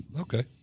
okay